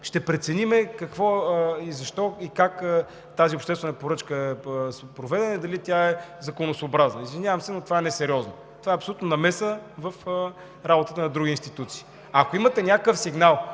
ще преценим какво, защо и как тази обществена поръчка е проведена, дали е законосъобразна. Извинявам се, но това е несериозно. Това е абсолютна намеса в работата на други институции. Ако имате някакъв сигнал